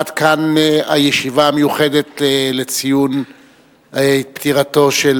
עד כאן הישיבה המיוחדת לציון פטירתו של